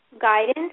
guidance